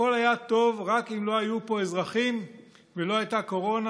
הכול היה טוב אם רק לא היו פה אזרחים ולא הייתה קורונה,